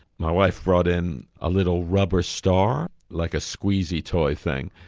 my wife brought in a little rubber star, like a squeezy toy thing,